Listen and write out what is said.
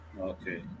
Okay